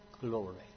glory